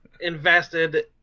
invested